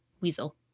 Weasel